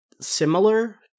similar